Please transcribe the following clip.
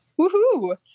Woohoo